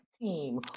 team